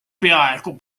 peaaegu